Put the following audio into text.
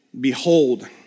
behold